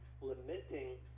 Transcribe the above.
lamenting